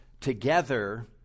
together